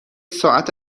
ساعت